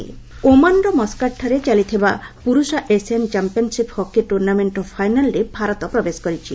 hockey ଓମାନ୍ର ମସ୍କାଟ୍ଠାରେ ଚାଲିଥିବା ପୁରୁଷ ଏସିଆନ୍ ଚମ୍ପିଆନ୍ସିପ୍ ହକି ଟୁର୍ଣ୍ଣାମେଷ୍ଟ୍ର ଫାଇନାଲ୍ରେ ଭାରତ ପ୍ରବେଶ କରିଛି